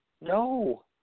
No